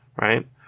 right